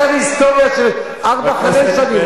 אתה לא זוכר היסטוריה של ארבע-חמש שנים,